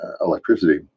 electricity